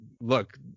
look